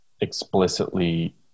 explicitly